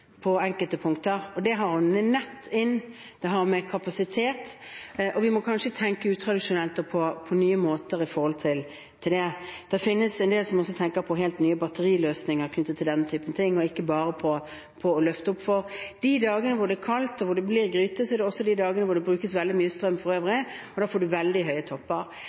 på enkelte punkter. Det har å gjøre med nett inn, og det har å gjøre med kapasitet. Vi må kanskje tenke utradisjonelt og på nye måter om dette. Det finnes en del som også tenker på helt nye batteriløsninger knyttet til denne typen ting, og ikke bare på å løfte opp, for de dagene det er kaldt og det blir gryte, er også de dagene det brukes veldig mye strøm for øvrig. Da får vi veldig høye topper.